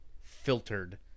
filtered